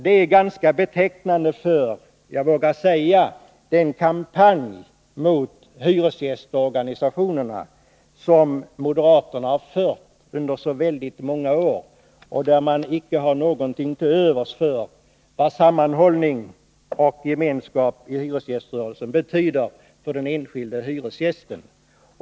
Det är ganska betecknande för den kampanj — det vågar jag säga — mot hyresgästorganisationerna som moderaterna fört under många år. De har inte något till övers för vad sammanhållning och gemenskap betyder för den enskilde hyresgästen.